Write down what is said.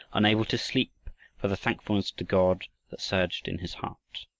unable to sleep for the thankfulness to god that surged in his heart.